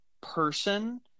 person